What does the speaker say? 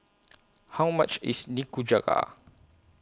How much IS Nikujaga